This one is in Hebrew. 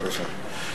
בבקשה.